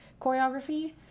choreography